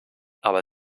aber